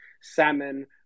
Salmon